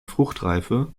fruchtreife